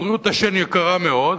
ובריאות השן יקרה מאוד,